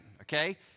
Okay